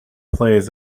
plays